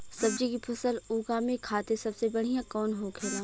सब्जी की फसल उगा में खाते सबसे बढ़ियां कौन होखेला?